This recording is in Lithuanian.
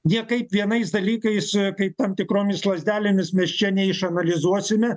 niekaip vienais dalykais kaip tam tikromis lazdelėmis mes čia neišanalizuosime